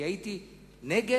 אני הייתי נגד